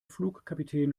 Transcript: flugkapitän